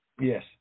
Yes